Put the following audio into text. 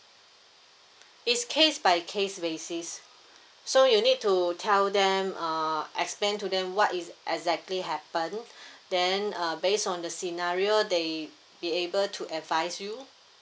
it's case by case basis so you need to tell them uh explain to them what is exactly happened then uh based on the scenario they be able to advise you